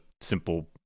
simple